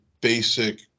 basic